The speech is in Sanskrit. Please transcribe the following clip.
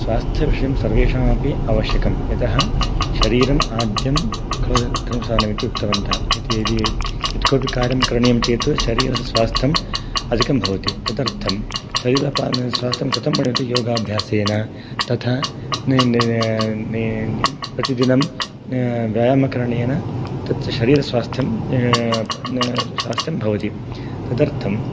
स्वास्थ्यविषयं सर्वेषामपि आवश्यकं यतः शरीरम् आद्यं खलु साधनम् इति उक्तवन्तः इति यदि यः कोपि कार्यं करणीयं चेत् शरीरस्वास्थ्यम् अधिकं भवति तदर्थं शरीरपालन स्वास्थ्यं कथं भवि योगाभ्यासेन तथा प्रतिदिनं व्यायामकरणेन तत् च शरिरस्वास्थ्यं स्वास्थ्यं भवति तदर्थं